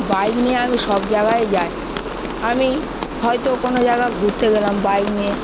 bike নিয়ে আমি সব জায়গায় যাই আমি হয়তো কোনো জায়গা ঘুরতে গেলাম বাইক নিয়ে